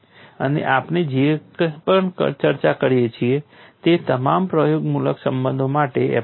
અને આપણે અહીં જે પણ ચર્ચા કરીએ છીએ તે તમામ પ્રયોગમૂલક સંબંધો માટે એપ્લાય થાય છે